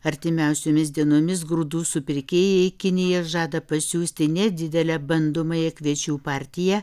artimiausiomis dienomis grūdų supirkėjai į kiniją žada pasiųsti nedidelę bandomąją kviečių partiją